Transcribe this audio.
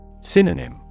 Synonym